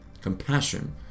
compassion